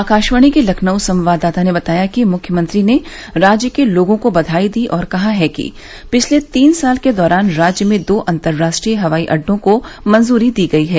आकाशवाणी के लखनऊ संवाददाता ने बताया है कि मुख्यमंत्री ने राज्य के लोगों को बधाई दी और कहा है कि पिछले तीन साल के दौरान राज्य में दो अंतरराष्ट्रीय हवाई अड्डों को मंजूरी दी गई है